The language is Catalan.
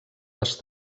les